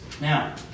Now